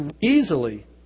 easily